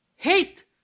hate